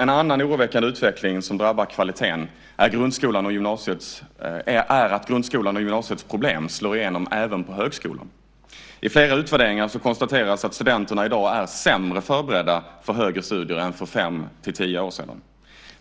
En annan oroväckande utveckling som drabbar kvaliteten, är att grundskolans och gymnasiets problem slår igenom även på högskolan. I flera utvärderingar konstateras att studenterna i dag är sämre förberedda för högre studier än för fem-tio år sedan.